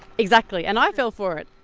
exactly and i fell for it!